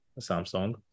Samsung